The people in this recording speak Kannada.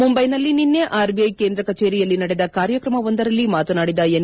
ಮುಂಬೈನಲ್ಲಿ ನಿನ್ನೆ ಆರ್ಬಿಐ ಕೇಂದ್ರ ಕಚೇರಿಯಲ್ಲಿ ನಡೆದ ಕಾರ್ಯಕ್ರಮವೊಂದರಲ್ಲಿ ಮಾತನಾಡಿದ ಎನ್